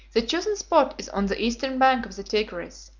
the chosen spot is on the eastern bank of the tigris,